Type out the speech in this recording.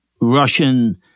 Russian